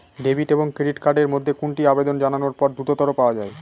Debit এবং credit card এর মধ্যে কোনটি আবেদন জানানোর পর দ্রুততর পাওয়া য়ায়?